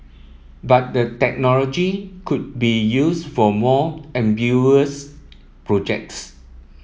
but the technology could be used for more ambitious projects